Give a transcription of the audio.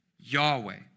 Yahweh